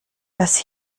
dass